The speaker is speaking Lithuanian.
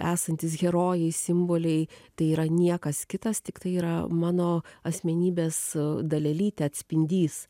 esantys herojai simboliai tai yra niekas kitas tiktai yra mano asmenybės dalelytė atspindys